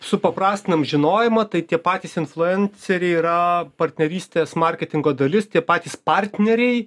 supaprastinam žinojimą tai tie patys influenceriai yra partnerystės marketingo dalis tie patys partneriai